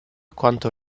quanto